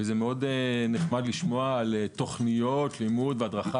זה מאוד נחמד לשמוע על תוכניות לימוד והדרכה